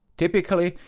typically,